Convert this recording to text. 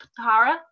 Tara